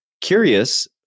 Curious